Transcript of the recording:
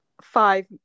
five